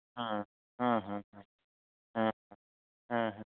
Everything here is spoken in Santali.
ᱦᱮ ᱸ ᱦᱮᱸ ᱦᱮᱸ ᱦᱮᱸ ᱦᱮᱸ ᱦᱮᱸ ᱦᱮᱸ ᱦᱮᱸ ᱦᱮᱸ